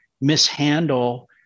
mishandle